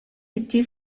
été